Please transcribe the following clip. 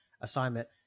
assignment